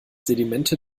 sedimente